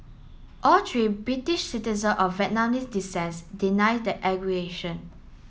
all three British citizen of Vietnamese descent deny the